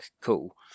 cool